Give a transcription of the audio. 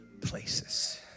places